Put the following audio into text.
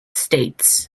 states